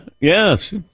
yes